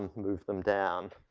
move them down.